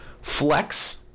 Flex